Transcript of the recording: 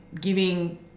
giving